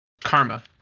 karma